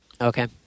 Okay